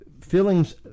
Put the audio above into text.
Feelings